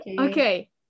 Okay